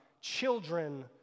children